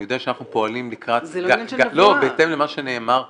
אני יודע שאנחנו פועלים בהתאם למה שנאמר פה,